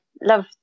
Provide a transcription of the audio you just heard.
love